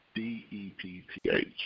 D-E-P-T-H